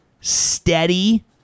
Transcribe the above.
steady